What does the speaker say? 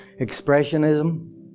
expressionism